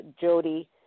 Jody